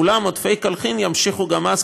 אולם עודפי קולחין ימשיכו גם אז,